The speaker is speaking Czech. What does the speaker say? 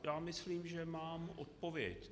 Já myslím, že mám odpověď.